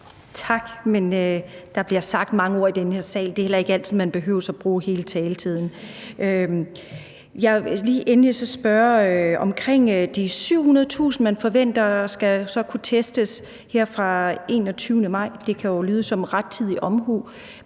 Tak, men der bliver sagt mange ord i den her sal. Det er heller ikke altid, at man behøver at bruge hele taletiden. Jeg vil lige spørge til de 700.000, man forventer skal kunne testes her fra den 21. maj. Det kan jo lyde som rettidig omhu, men